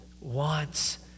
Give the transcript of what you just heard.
wants